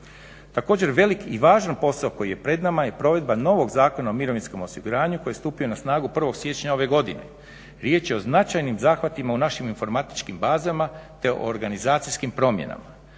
Također velik i važan posao koji je pred nama je provedba novog Zakona o mirovinskom osiguranju koji je stupio na snagu 01. siječnja ove godine. Riječ je o značajnim zahvatima u našim informatičkim bazama te o organizacijskim promjenama.